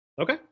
Okay